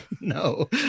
No